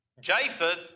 Japheth